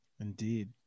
Indeed